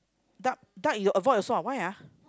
duck duck you avoid also ah why ah